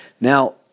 Now